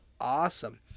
awesome